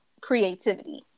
creativity